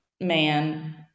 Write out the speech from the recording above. man